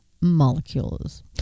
molecules